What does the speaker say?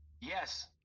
Yes